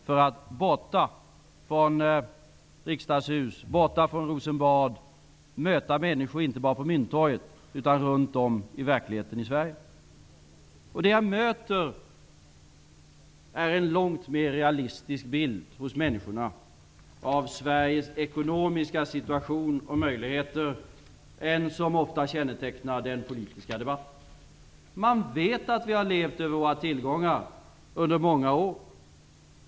Jag vill borta från riksdagshus och Rosenbad möta människor inte bara på Mynttorget utan runt om i verkligheten i Det jag möter är en långt mer realistisk bild hos människorna av Sveriges ekonomiska situation och möjligheter än den som ofta kännetecknar den politiska debatten. Man vet att vi har levt över våra tillgångar under många år.